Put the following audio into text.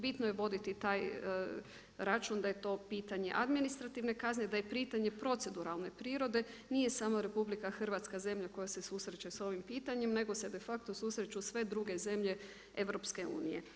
Bitno je voditi taj račun da je to pitanje administrativne kazne, da je pitanje proceduralne prirode, nije samo RH zemlja koja se susreće s ovim pitanjem nego se de facto susreću sve druge zemlje EU.